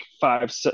five